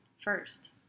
first